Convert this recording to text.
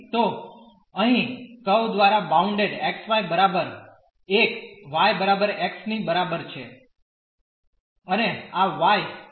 તો અહીં કર્વ દ્વારા બાઉન્ડેડ xy બરાબર 1 y બરાબર x ની બરાબર છે અને આ y બરાબર 0 અને y બરાબર 8 છે